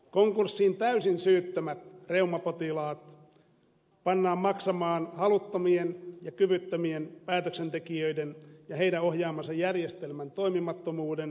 konkurssiin täysin syyttömät reumapotilaat pannaan maksamaan haluttomien ja kyvyttömien päätöksentekijöiden ja heidän ohjaamansa järjestelmän toimimattomuuden aiheuttamat kustannukset